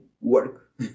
work